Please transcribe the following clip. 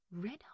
Red